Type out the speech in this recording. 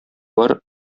бар